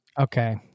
Okay